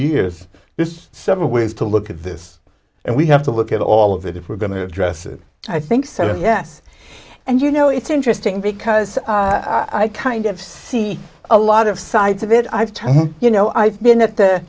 years this several ways to look at this and we have to look at all of it if we're going to address it i think sort of yes and you know it's interesting because i kind of see a lot of sides of it i've told you know i've been at the